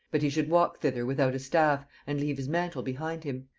but he should walk thither without a staff, and leave his mantle behind him.